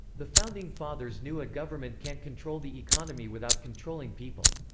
the founding fathers knew a government can't control the economy without controlling people.